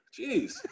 Jeez